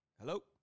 hello